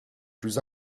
plus